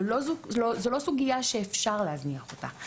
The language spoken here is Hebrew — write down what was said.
זו לא סוגיה שאפשר להזניח אותה.